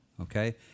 okay